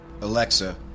Alexa